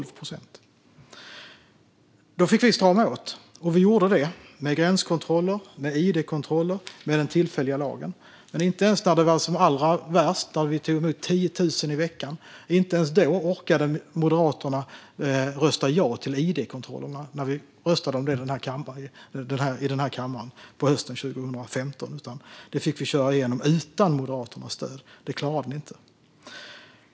Vi fick strama åt med gränskontroller, id-kontroller och den tillfälliga lagen. Men inte ens när det var som värst på hösten 2015, när vi tog emot 10 000 i veckan, orkade Moderaterna rösta ja till id-kontrollerna i kammaren, utan det fick vi köra igenom utan Moderaternas stöd.